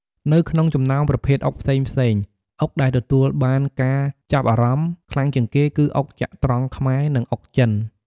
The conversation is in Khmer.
នៅក្នុងចំណោមប្រភេទអុកផ្សេងៗ អុកដែលទទួលបានការចាប់អារម្មណ៍ខ្លាំងជាងគេគឺ អុកចត្រង្គខ្មែរ និង អុកចិន ។